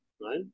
right